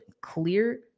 Clear